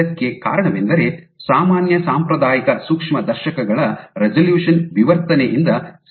ಇದಕ್ಕೆ ಕಾರಣವೆಂದರೆ ಸಾಮಾನ್ಯ ಸಾಂಪ್ರದಾಯಿಕ ಸೂಕ್ಷ್ಮದರ್ಶಕಗಳ ರೆಸಲ್ಯೂಶನ್ ವಿವರ್ತನೆಯಿಂದ ಸೀಮಿತವಾಗಿದೆ